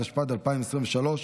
התשפ"ד 2023,